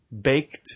baked